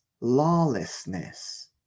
lawlessness